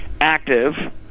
active